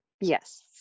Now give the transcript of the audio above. Yes